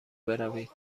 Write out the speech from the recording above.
بروید